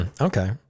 Okay